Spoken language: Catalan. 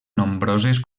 nombroses